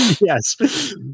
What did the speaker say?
Yes